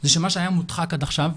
זה שמה שהיה מודחק עד עכשיו,